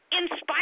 inspired